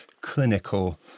clinical